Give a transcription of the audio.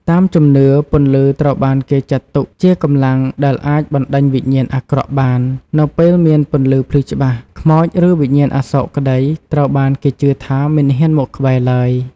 តាមជំនឿ ពន្លឺត្រូវបានគេចាត់ទុកជាកម្លាំងដែលអាចបណ្តេញវិញ្ញាណអាក្រក់បាន នៅពេលមានពន្លឺភ្លឺច្បាស់ ខ្មោច ឬវិញ្ញាណអសោកក្តីត្រូវបានគេជឿថាមិនហ៊ានមកក្បែរឡើយ ។